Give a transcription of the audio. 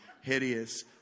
hideous